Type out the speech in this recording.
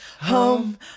home